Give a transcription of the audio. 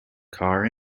car